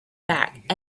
back